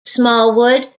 smallwood